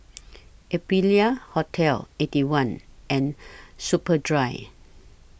Aprilia Hotel Eighty One and Superdry